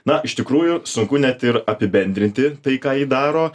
na iš tikrųjų sunku net ir apibendrinti tai ką ji daro